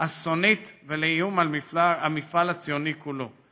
אסונית ולאיום על המפעל הציוני כולו.